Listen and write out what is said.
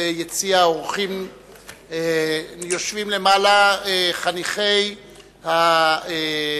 אני לא מציע לאף מדינה בעולם להמשיך ולהטיף לנו בעניין הזה,